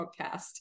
Podcast